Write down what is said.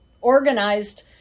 organized